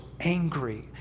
angry